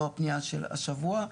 לא בפנייה של השבוע.